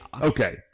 Okay